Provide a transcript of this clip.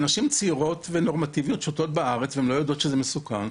נשים צעירות ונורמטיביות שותות בארץ והן לא יודעות שזה מסוכן.